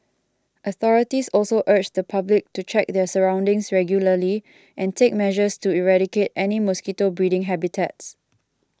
authorities also urge the public to check their surroundings regularly and take measures to eradicate any mosquito breeding habitats